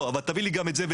אבל תביא לי גם את זה,